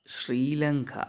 Sri Lanka